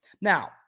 Now